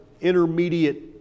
intermediate